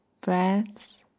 breaths